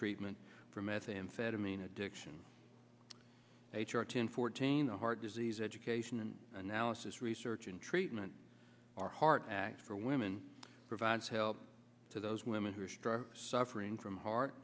treatment for methamphetamine addiction h r ten fourteen a heart disease education and analysis research and treatment or heart act for women provides help to those women who are struggling suffering from heart